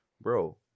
bro